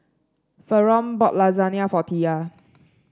Faron bought Lasagne for Tia